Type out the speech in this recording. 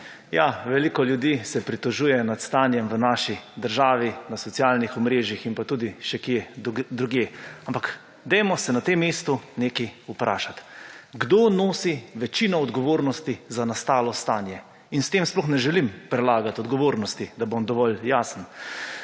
Veliko ljudi se pritožuje nad stanjem v naši državi na socialnih omrežjih in pa tudi še kje drugje, ampak dajmo se na tem mestu nekaj vprašati. Kdo niso večino odgovornosti za nastalo stanje in s tem sploh ne želim prelagati odgovornosti, da bom dovolj jasen.